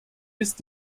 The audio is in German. ist